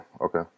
okay